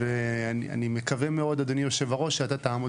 ואני מקווה מאוד אדוני יושב הראש שאתה תעמוד